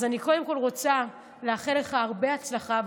אז אני קודם כול רוצה לאחל לך הרבה הצלחה,